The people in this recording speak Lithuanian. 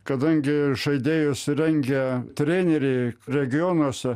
kadangi žaidėjus rengia treneriai regionuose